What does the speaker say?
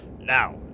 Now